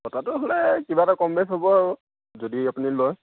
কটাটো হ'লে কিবা এটা কম বেছ হ'ব আৰু যদি আপুনি লয়